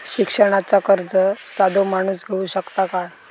शिक्षणाचा कर्ज साधो माणूस घेऊ शकता काय?